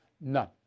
None